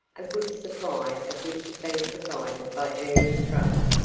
a good supply of which had been provided by ernie's brother.